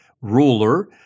ruler